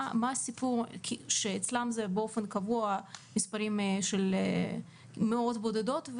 איך אצלם זה באופן קבוע מספרים של מאות בודדות,